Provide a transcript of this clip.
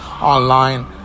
online